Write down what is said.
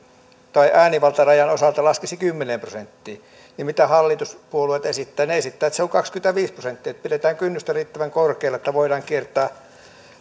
tai äänivaltarajan osalta laskisi kymmeneen prosenttiin mitä hallituspuolueet esittävät ne esittävät että se on kaksikymmentäviisi prosenttia pidetään kynnystä riittävän korkealla että voidaan kiertää